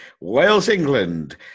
Wales-England